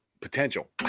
potential